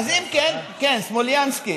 כן, סלומינסקי.